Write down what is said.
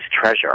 treasure